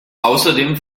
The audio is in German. außerdem